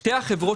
שתי החברות